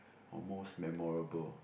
almost memorable